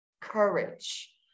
courage